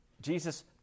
jesus